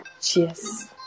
Cheers